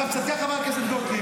צדקה חברת הכנסת גוטליב,